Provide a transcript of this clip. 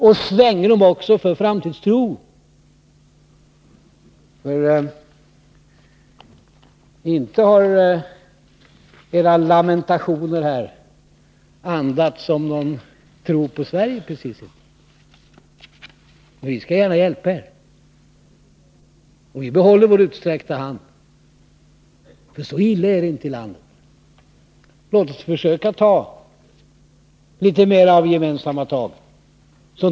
Men vår politik ger också svängrum för framtidstro. De borgerliga partiledarnas lamentationer har inte precis andats någon tro på Sverige. Men vi skall gärna hjälpa er. Vi håller kvar vår utsträckta hand, för så illa ställt är det inte i landet. Låt oss försöka ta litet mer av gemensamma tag.